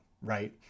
right